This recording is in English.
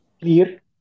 clear